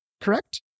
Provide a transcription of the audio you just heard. correct